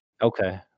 Okay